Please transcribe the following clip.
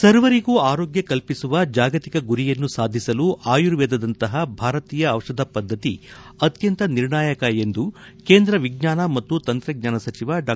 ಸರ್ವರಿಗೂ ಆರೋಗ್ಲ ಕಲ್ಪಿಸುವ ಜಾಗತಿಕ ಗುರಿಯನ್ನು ಸಾಧಿಸಲು ಆಯುರ್ವೇದದಂತಹ ಭಾರತೀಯ ಔಷಧ ಪದ್ಧತಿ ಅತ್ಯಂತ ನಿರ್ಣಾಯಕ ಎಂದು ಕೇಂದ್ರ ವಿಜ್ಞಾನ ಮತ್ತು ತಂತ್ರಜ್ಞಾನ ಸಚಿವ ಡಾ